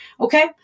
Okay